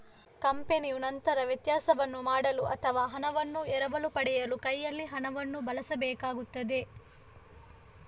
ಕಂಪನಿಯು ನಂತರ ವ್ಯತ್ಯಾಸವನ್ನು ಮಾಡಲು ಅಥವಾ ಹಣವನ್ನು ಎರವಲು ಪಡೆಯಲು ಕೈಯಲ್ಲಿ ಹಣವನ್ನು ಬಳಸಬೇಕಾಗುತ್ತದೆ